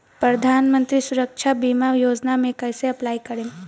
प्रधानमंत्री सुरक्षा बीमा योजना मे कैसे अप्लाई करेम?